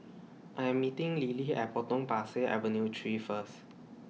I Am meeting Lilly At Potong Pasir Avenue three First